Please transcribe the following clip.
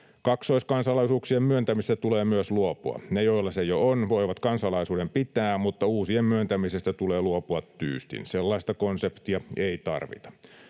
Kaksoiskansalaisuuksien myöntämisestä tulee myös luopua. Ne, joilla se jo on, voivat kansalaisuuden pitää, mutta uusien myöntämisestä tulee luopua tyystin. Sellaista konseptia ei tarvita.